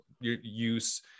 use